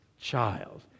child